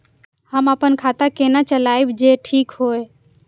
हम अपन खाता केना चलाबी जे ठीक होय?